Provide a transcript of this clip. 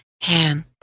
hand